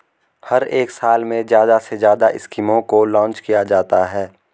हर एक साल में ज्यादा से ज्यादा स्कीमों को लान्च किया जाता है